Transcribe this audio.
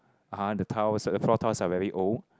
(uh huh) the tiles the floor tiles are very old